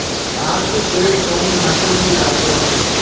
आम के पेड़ कोउन माटी में लागे ला?